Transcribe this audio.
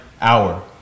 hour